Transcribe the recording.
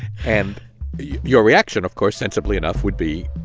and your reaction, of course, sensibly enough, would be